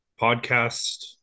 podcast